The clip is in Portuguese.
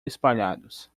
espalhados